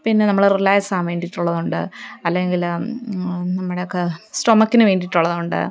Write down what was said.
പിന്നെ നമ്മള് റിലാക്സാകാന് വേണ്ടിയിട്ടുള്ളതുണ്ട് അല്ലെങ്കില് നമ്മുടെയൊക്കെ സ്റ്റൊമക്കിനു വേണ്ടിയിട്ടുള്ളതുണ്ട്